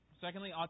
Secondly